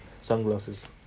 sunglasses